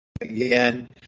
Again